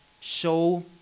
show